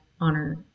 honor